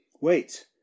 Wait